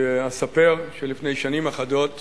שאספר שלפני שנים אחדות